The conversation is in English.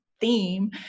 theme